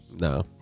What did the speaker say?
No